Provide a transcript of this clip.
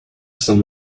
some